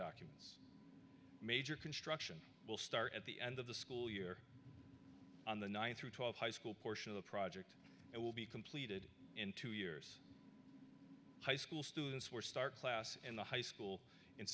documents major construction will start at the end of the school year on the nine through twelve high school portion of the project it will be completed in two years high school students were start class in the high school in